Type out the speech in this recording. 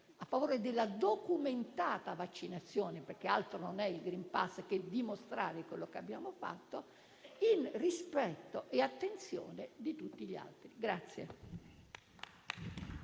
a favore della documentata vaccinazione (perché altro non è il *green pass*, che dimostrare quello che abbiamo fatto), nel rispetto e nell'attenzione di tutti gli altri.